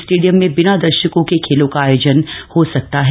stadium में बिना दर्शकों के खेलों का आयोजन हो सकता है